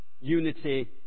Unity